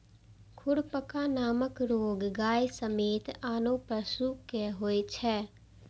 खुरपका नामक रोग गाय समेत आनो पशु कें होइ छै